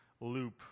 loop